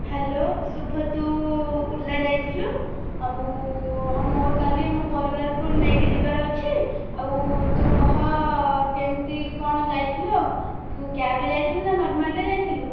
hello Shubha ତୁ ଓଲା ଯାଇଥିଲୁ ଆଉ ହଁ ମୋର କାଲି ମୋ ପରିବାରକୁ ନେଇକି ଯିବାର ଅଛି ଆଉ ତୁ କହ କେମିତି କ'ଣ ଯାଇଥିଲୁ ଆଉ କ୍ୟାବରେ ଯାଇଥିଲୁ ନା ନର୍ମାଲରେ ଯାଇଥିଲୁ